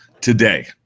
today